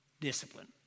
discipline